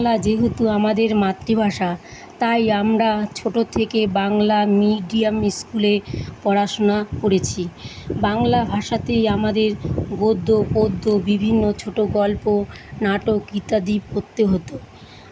বাংলা যেহেতু আমাদের মাতৃভাষা তাই আমরা ছোটোর থেকে বাংলা মিডিয়াম স্কুলে পড়াশোনা করেছি বাংলা ভাষাতেই আমাদের গদ্য পদ্য বিভিন্ন ছোটো গল্প নাটক ইত্যাদি পড়তে হতো